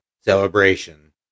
celebration